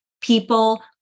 people